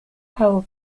power